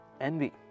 Envy